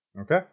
Okay